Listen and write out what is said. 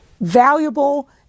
valuable